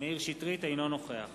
אינו נוכח